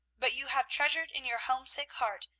but you have treasured in your homesick heart,